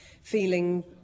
feeling